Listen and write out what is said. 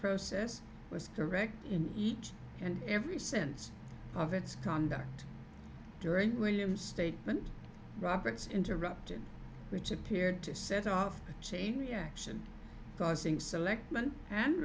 process was correct in each and every sense of its conduct during william statement roberts interrupted which appeared to set off a chain reaction causing selectman and